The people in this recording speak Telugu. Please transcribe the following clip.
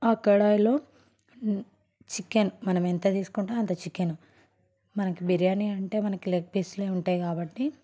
ఆ కడాయిలో చికెన్ మనం ఎంత తీసుకుంటామో అంత చికెన్ మనకి బిర్యానీ అంటే మనకి లెగ్ పీసులు ఉంటాయి కాబట్టి